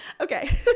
okay